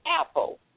apple